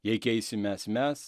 jei keisimės mes